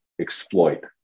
exploit